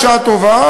בשעה טובה,